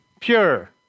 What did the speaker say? Pure